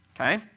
okay